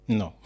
no